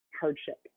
hardship